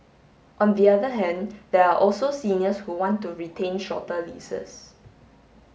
on the other hand there are also seniors who want to retain shorter leases